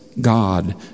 God